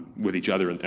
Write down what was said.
with each other,